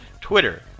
Twitter